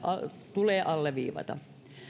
tulee alleviivata